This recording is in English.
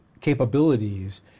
capabilities